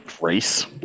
race